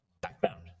background